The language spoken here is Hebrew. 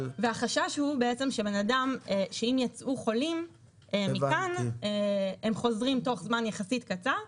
והחשש הוא שאם יצאו חולים מכאן הם חוזרים תוך זמן יחסית קצר.